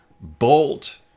bolt